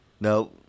No